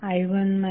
VTh12i1 i2120